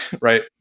Right